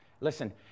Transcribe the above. Listen